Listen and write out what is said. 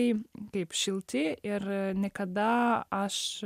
labai kaip šilti ir niekada aš